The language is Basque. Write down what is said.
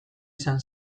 izan